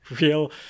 real